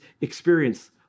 experience